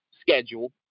schedule